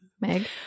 Meg